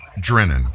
drennan